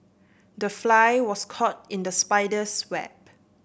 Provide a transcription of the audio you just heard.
the fly was caught in the spider's web